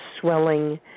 swelling